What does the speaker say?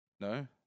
no